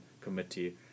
committee